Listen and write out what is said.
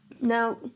Now